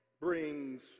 brings